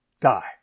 die